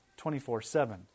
24-7